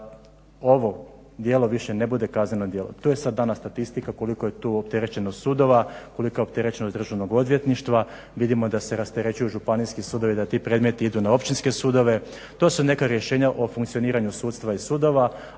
da ovo djelo ne bude više kazneno djelo. To sa sada … statistika koliko je to opterećenost državnih sudova, kolika je opterećenost državnog odvjetništva. Vidimo da se rasterećuju županijski sudovi da ti predmeti idu na općinske sudove. To su neka rješenja o funkcioniranju sudstva i sudova